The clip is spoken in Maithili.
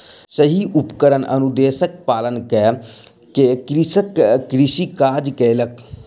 सही उपकरण अनुदेशक पालन कअ के कृषक कृषि काज कयलक